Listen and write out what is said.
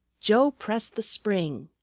joe pressed the spring.